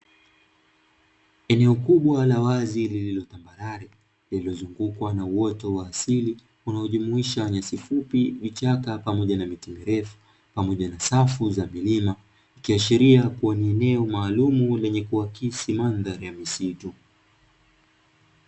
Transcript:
Eneo kubwa la wazi lililo tambarare, lililozungukwa na uoto wa asili unaojumuisha nyasi fupi, vichaka pamoja na miti mirefu, pamoja na safu za vinila ikiashiria kuwa ni eneo maalumu lenye kuakisi mandhari ya misitu.